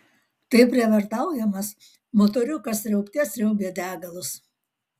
taip prievartaujamas motoriukas sriaubte sriaubė degalus